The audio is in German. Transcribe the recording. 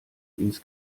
ins